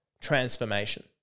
transformation